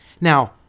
Now